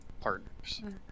partners